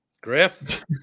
Griff